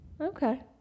Okay